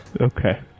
Okay